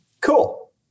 Cool